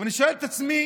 ואני שואל את עצמי: